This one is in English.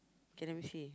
k let me see